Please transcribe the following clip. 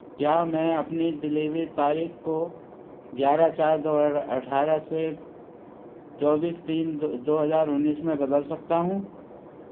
क्या मैं अपनी डिलिवरी तारीख को ग्यारह चार दो हज़ार अठारह से चौबिस तीन दो हज़ार उन्नीस में बदल सकता हूँ